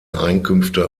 einkünfte